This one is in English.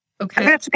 okay